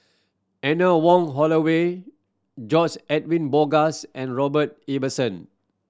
Anne Wong Holloway George Edwin Bogaars and Robert Ibbetson